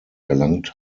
erlangt